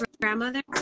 grandmother